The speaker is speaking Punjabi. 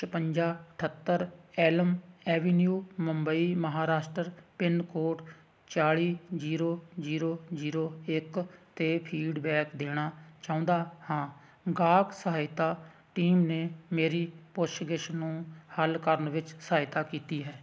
ਛਪੰਜਾ ਅਠੱਤਰ elm avenue Mumbai Maharashtra pin code ਚਾਲੀ ਜੀਰੋ ਜੀਰੋ ਜੀਰੋ ਇੱਕ 'ਤੇ ਫੀਡਬੈਕ ਦੇਣਾ ਚਾਹੁੰਦਾ ਹਾਂ ਗਾਹਕ ਸਹਾਇਤਾ ਟੀਮ ਨੇ ਮੇਰੀ ਪੁੱਛਗਿੱਛ ਨੂੰ ਹੱਲ ਕਰਨ ਵਿੱਚ ਸਹਾਇਤਾ ਕੀਤੀ ਹੈ